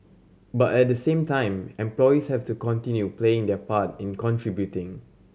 but at the same time employees have to continue playing their part in contributing